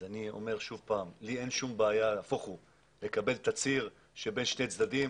אני אומר שלי אין שום בעיה נהפוך הוא לקבל תצהיר שבין שני צדדים,